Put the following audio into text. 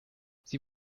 sie